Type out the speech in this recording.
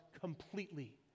completely